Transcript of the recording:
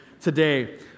today